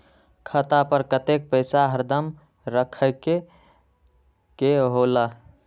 खाता पर कतेक पैसा हरदम रखखे के होला?